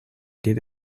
did